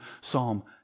Psalm